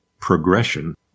progression